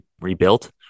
rebuilt